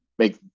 make